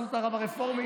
את הרב הרפורמי?